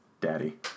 Daddy